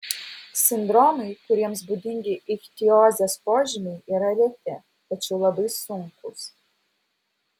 sindromai kuriems būdingi ichtiozės požymiai yra reti tačiau labai sunkūs